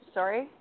Sorry